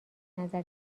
نظر